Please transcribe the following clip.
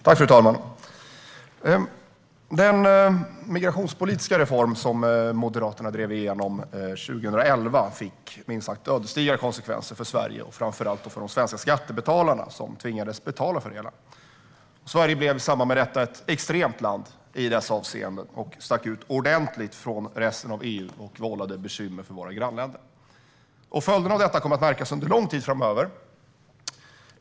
Fru talman! Den migrationspolitiska reform som Moderaterna drev igenom 2011 fick minst sagt ödesdigra konsekvenser för Sverige, framför allt för de svenska skattebetalarna, som tvingades betala för det hela. Sverige blev i samband med detta ett extremt land i dessa avseenden - vi stack ut ordentligt från resten av EU och vållade bekymmer för våra grannländer. Följderna av detta kommer att märkas under lång tid framöver.